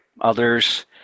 Others